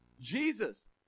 Jesus